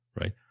right